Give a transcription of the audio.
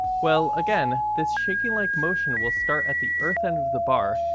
well again, this shaking-like motion will start at the earth end of the bar,